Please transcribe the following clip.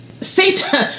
Satan